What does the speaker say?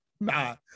Nah